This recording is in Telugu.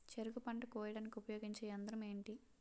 చెరుకు పంట కోయడానికి ఉపయోగించే యంత్రం ఎంటి?